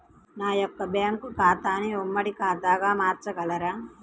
నా యొక్క బ్యాంకు ఖాతాని ఉమ్మడి ఖాతాగా మార్చగలరా?